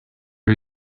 are